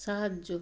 সাহায্য